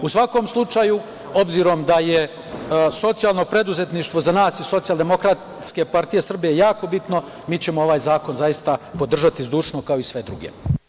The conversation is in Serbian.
U svakom slučaju, obzirom da je socijalno preduzetništvo za nas iz Socijaldemokratske partije Srbije jako bitno, mi ćemo ovaj zakon podržati zdušno, kao i sve druge.